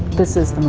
this is the